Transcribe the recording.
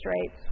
rates